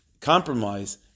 compromise